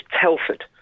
Telford